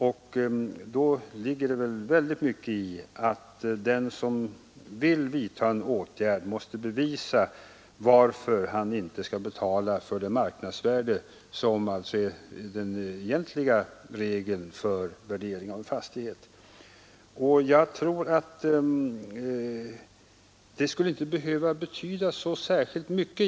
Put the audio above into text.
Det ligger mycket i tanken att den som vill vidta en åtgärd måste bevisa varför han inte skall betala för det marknadsvärde som är den egentliga regeln vid värdering av fastighet. Jag tror att detta egentligen inte skulle behöva betyda särskilt mycket.